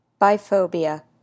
biphobia